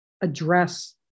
address